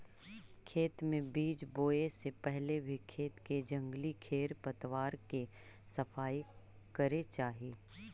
खेत में बीज बोए से पहले भी खेत के जंगली खेर पतवार के सफाई करे चाही